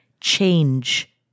change